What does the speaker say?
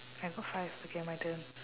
I got five okay my turn